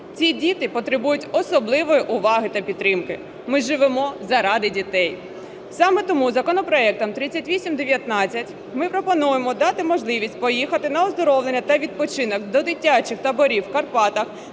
Ці діти потребують особливої уваги та підтримки, ми живемо заради дітей. Саме тому законопроектом 3819 ми пропонуємо дати можливість поїхати на оздоровлення та відпочинок до дитячих таборів в Карпатах,